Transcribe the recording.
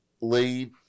lead